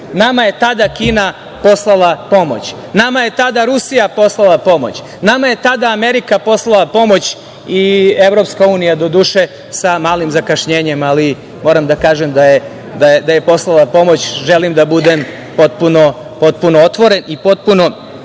nama je tada Kina poslala pomoć. Nama je tada Rusija poslala pomoć. Nama je tada Amerika poslala pomoć i EU, doduše sa malim zakašnjenjem, ali moram da kažem da je poslala pomoć. Želim da budem potpuno otvoren i potpuno